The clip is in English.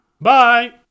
Bye